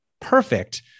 perfect